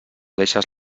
deixes